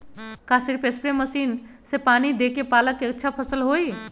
का सिर्फ spray machine से पानी देके पालक के अच्छा फसल होई?